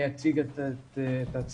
אני אציג את עצמי,